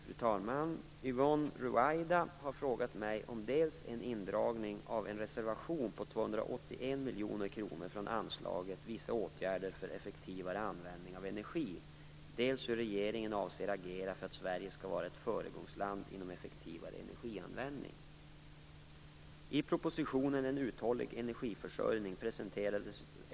Fru talman! Yvonne Ruwaida har frågat mig om dels en indragning av en reservation på 281 miljoner kronor från anslaget Vissa åtgärder för effektivare användning av energi, dels hur regeringen avser agera för att Sverige skall vara ett föregångsland inom effektivare energianvändning.